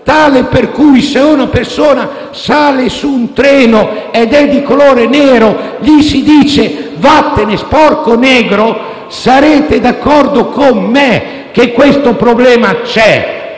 tanto che se una persona sale su un treno ed è di colore nero gli si dice: «Vattene, sporco negro!»? Sarete d'accordo con me che questo problema c'è.